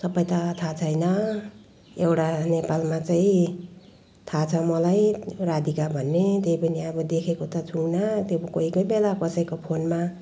सबै त थाहा छैन एउटा नेपालमा चाहिँ थाहा छ मलाई राधिका भन्ने त्यही पनि अब देखेको त छुइनँ त्यही पनि कोही कोही बेला कसैको फोनमा